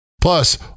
Plus